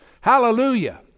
hallelujah